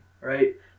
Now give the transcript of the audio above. right